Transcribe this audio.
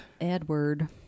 Edward